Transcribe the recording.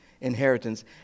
inheritance